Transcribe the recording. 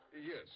yes